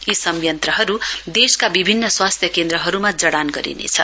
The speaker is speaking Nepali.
यी संयत्रहरू देशका विभिन्न स्वास्थ्य केन्द्रहरूमा जडान गरिनेछ